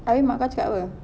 habis mak kau cakap apa